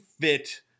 fit